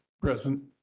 present